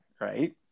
right